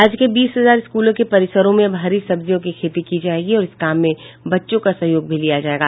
राज्य के बीस हजार स्कूलों के परिसरों में अब हरी सब्जियों की खेती की जायेगी और इस काम में बच्चों का सहयोग भी लिया जायेगा